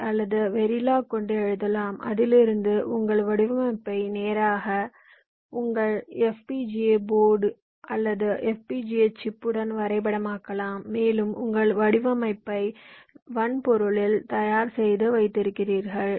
L அல்லது Verilog கொண்டு எழுதலாம் அதிலிருந்து உங்கள் வடிவமைப்பை நேரடியாக உங்கள் FPGA போர்டு அல்லது FPGA சிப்புடன் வரைபடமாக்கலாம் மேலும் உங்கள் வடிவமைப்பை வன்பொருளில் தயார் செய்து வைத்திருக்கிறீர்கள்